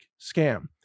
scam